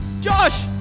Josh